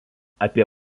apie